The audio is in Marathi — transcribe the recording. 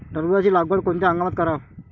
टरबूजाची लागवड कोनत्या हंगामात कराव?